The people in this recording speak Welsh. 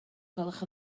gwelwch